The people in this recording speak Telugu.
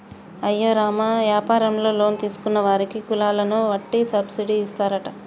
అయ్యో రామ యాపారంలో లోన్ తీసుకున్న వారికి కులాలను వట్టి సబ్బిడి ఇస్తారట